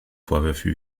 vorwürfe